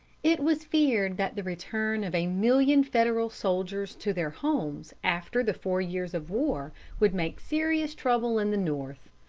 it was feared that the return of a million federal soldiers to their homes after the four years of war would make serious trouble in the north,